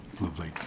Lovely